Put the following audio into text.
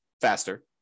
faster